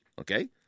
okay